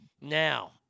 Now